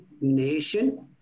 nation